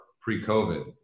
pre-COVID